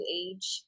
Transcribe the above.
age